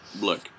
look